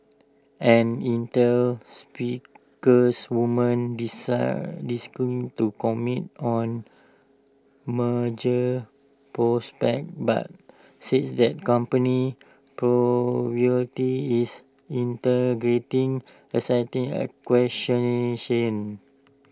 an Intel speakers woman desire to comment on merger prospects but says that company's priority is integrating existing acquisitions